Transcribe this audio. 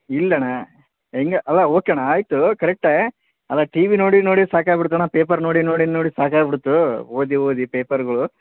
ಇಲ್ಲ ಅಣ್ಣ ಹೇಗೆ ಅಲ್ಲ ಓಕೆ ಅಣ್ಣ ಆಯಿತು ಕರೆಕ್ಟೇ ಅಲ್ಲ ಟಿವಿ ನೋಡಿ ನೋಡಿ ಸಾಕಾಗಿಬಿಡ್ತಣ್ಣ ಪೇಪರ್ ನೋಡಿ ನೋಡಿ ನೋಡಿ ಸಾಕಾಗ್ಬಿಡ್ತು ಓದಿ ಓದಿ ಪೇಪರ್ಗಳು